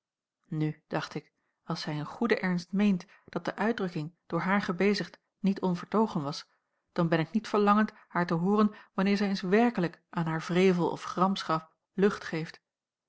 nu dacht ik als zij in goede ernst meent dat de uitdrukking door haar gebezigd niet onvertogen was dan ben ik niet verlangend haar te hooren wanneer zij eens werkelijk aan haar wrevel of gramschap lucht geeft